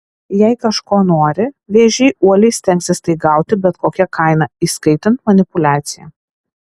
jei kažko nori vėžiai uoliai stengsis tai gauti bet kokia kaina įskaitant manipuliaciją